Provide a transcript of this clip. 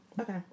Okay